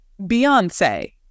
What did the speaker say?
Beyonce